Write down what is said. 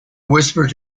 whispered